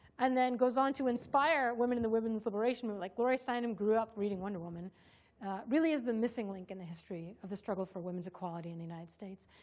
and then goes on to inspire women in the women's liberation movement like gloria steinem grew up reading wonder woman really is the missing link in the history of the struggle for women's equality in the united states.